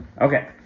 Okay